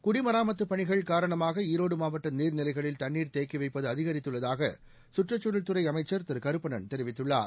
குடிமராமத்துப் பணிகள் காரணமாக ஈரோடு மாவட்ட நீர்நிலைகளில் தண்ணீர் தேக்கிவைப்பது அதிகரித்துள்ளதாக சுற்றுச்சூழல் துறை அமைச்சர் திரு கருப்பணன் தெரிவித்துள்ளார்